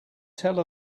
tell